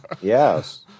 Yes